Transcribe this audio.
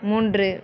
மூன்று